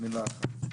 מילה אחת.